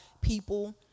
people